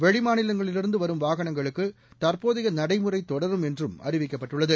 வெளி மாநிலங்களிலிருந்து வரும் வாகனங்களுக்கு தற்போதைய நடைமுறை தொடரும் என்றும் அறிவிக்கப்பட்டுள்ளது